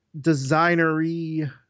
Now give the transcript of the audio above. designery